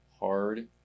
hard